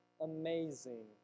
amazing